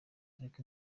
ariko